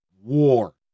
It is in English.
war